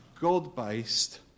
God-based